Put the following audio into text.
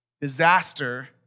disaster